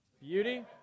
Beauty